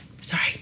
sorry